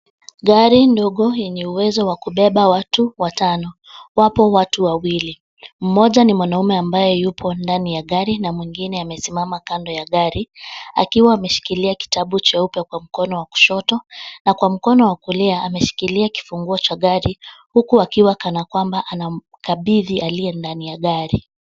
Gari ndogo yenye uwezo wa kubeba watu watano, wapo watu wawili. Mmoja ni mwanaume ambaye yupo ndani ya gari na mwingine amesimama kando ya gari akiwa ameshikilia kitabu cheupe kwa mkono wa kushoto na kwa mkono wa kulia, ameshikilia kifunguo cha gari huku akiwa kana kwamba anamkabidhi aliye ndani ya gari.